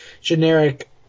generic